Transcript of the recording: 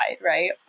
right